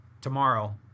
Tomorrow